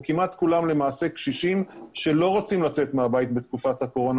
כמעט כולם למעשה קשישים שלא רוצים לצאת מהבית בתקופת הקורונה,